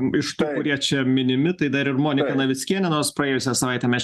iš tų kurie čia minimi tai dar ir monika navickienė nors praėjusią savaitę mes čia